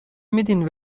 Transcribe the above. میدین